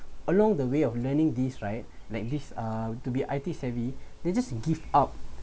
along the way of learning these right like this uh to be I_T savvy they just give up